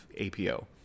APO